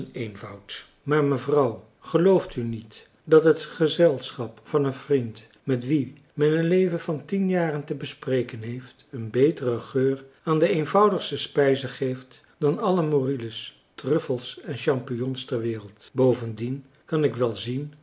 eenvoud maar mevrouw gelooft u niet dat het gezelschap van een vriend met wien men een leven van tien jaren te bespreken heeft een beteren geur aan de eenvoudigste spijzen geeft dan alle morilles truffels en champignons der wereld bovendien kan ik wel zien